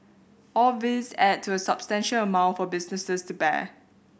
all these add to a substantial amount for businesses to bear